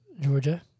Georgia